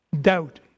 doubt